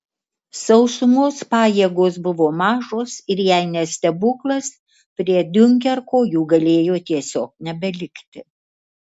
sausumos pajėgos buvo mažos ir jei ne stebuklas prie diunkerko jų galėjo tiesiog nebelikti